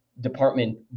department